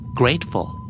grateful